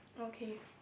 okay